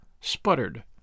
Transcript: sputtered